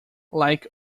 like